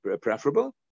preferable